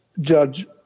Judge